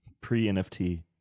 pre-nft